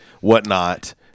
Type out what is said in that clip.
whatnot